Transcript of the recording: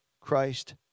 Christ